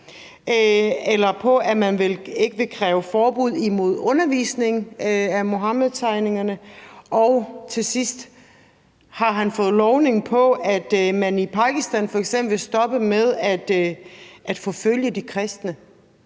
eller på, at man ikke vil kræve forbud imod undervisningen af Muhammedtegningerne? Og til sidst vil jeg spørge: Har vi fået lovning på, at man i Pakistan f.eks. vil stoppe med at forfølge de kristne?